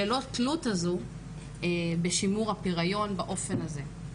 ללא התלות הזו בשימור הפריון באופן הזה.